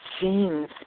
seems